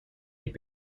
had